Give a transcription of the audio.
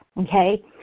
Okay